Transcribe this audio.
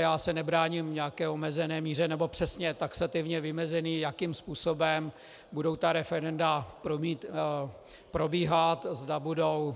Já se nebráním v nějaké omezené míře nebo přesně taxativně vymezení, jakým způsobem budou ta referenda probíhat, zda budou